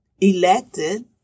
elected